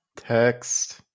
text